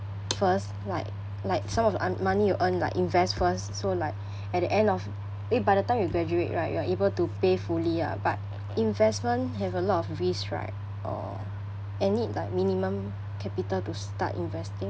first like like some of m~ money you earn like invest first so like at the end of if by the time you graduate right you are able to pay fully ah but investment have a lot of risk right err and need like minimum capital to start investing